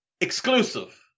Exclusive